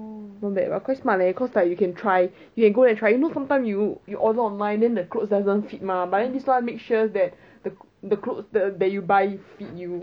not bad leh but quite smart leh because you can try you can go there and try you know sometimes you you order online then the clothes doesn't fit mah but then this one makes sure that the clothes that you buy fit you